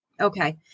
okay